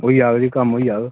भैया यार कम्म यार